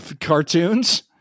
cartoons